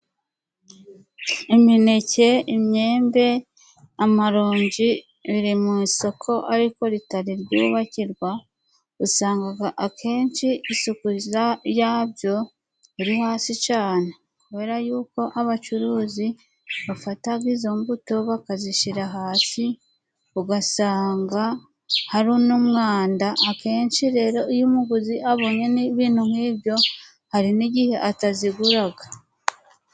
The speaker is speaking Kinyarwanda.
Imineke, imyembe, amaronji, biri mu isoko ariko ritari ryubakirwa, usanga akenshi isuku yabyo iri hasi cyane kubera y'uko abacuruzi bafata izo mbuto bakazishyira hasi ugasanga hari n'umwanda, akenshi rero iyo umuguzi abonye n'ibintu nk'ibyo hari n'igihe atazigura.